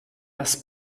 das